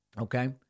okay